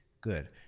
good